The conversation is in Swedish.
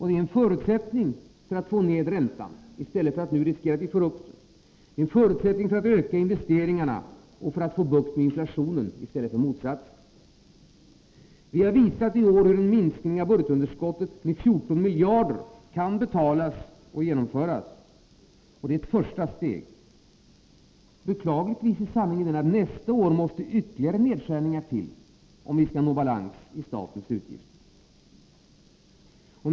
Det är en förutsättning för att få ned räntan —i stället för att riskera att den nu stiger. Det är en förutsättning för att öka investeringarna och få bukt med inflationen, i stället för motsatsen. Vi har i år visat hur en minskning av budgetunderskottet med 14 miljarder kan betalas och genomföras. Det är ett första steg. Beklagligtvis är sanningen den att nästa år måste ytterligare nedskärningar till, om vi skall nå balans i statens utgifter.